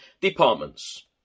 departments